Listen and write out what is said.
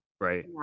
Right